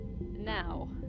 now